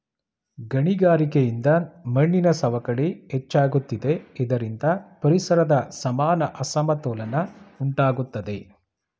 ಗಣಿಗಾರಿಕೆಯಿಂದ ಮಣ್ಣಿನ ಸವಕಳಿ ಹೆಚ್ಚಾಗುತ್ತಿದೆ ಇದರಿಂದ ಪರಿಸರದ ಸಮಾನ ಅಸಮತೋಲನ ಉಂಟಾಗುತ್ತದೆ